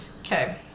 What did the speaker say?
Okay